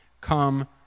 come